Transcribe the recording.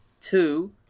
Two